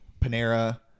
Panera